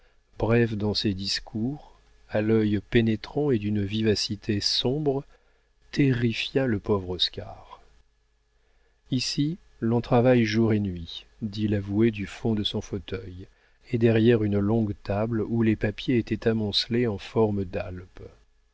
bref dans ses discours à l'œil pénétrant et d'une vivacité sombre terrifia le pauvre oscar ici l'on travaille jour et nuit dit l'avoué du fond de son fauteuil et derrière une longue table où les papiers étaient amoncelés en forme d'alpes